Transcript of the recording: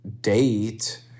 date